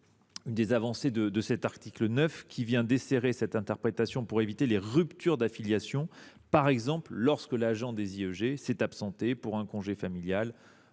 l’une des avancées de l’article 9 : il assouplit l’interprétation pour éviter les ruptures d’affiliation, par exemple lorsque l’agent des IEG s’est absenté pour un congé familial